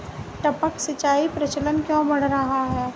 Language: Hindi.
टपक सिंचाई का प्रचलन क्यों बढ़ रहा है?